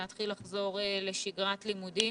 להתחיל לחזור לשגרת לימודים,